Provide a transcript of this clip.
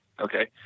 okay